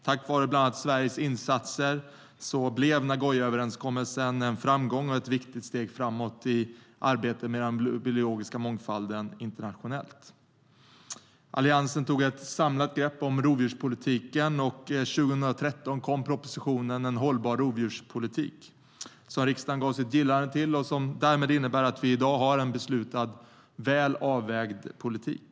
Tack vare bland annat Sveriges insatser blev Nagoyaöverenskommelsen en framgång och ett viktigt steg framåt i arbetet med den biologiska mångfalden internationellt. , som riksdagen gav sitt gillande och som därmed innebär att vi i dag har en beslutad och väl avvägd politik.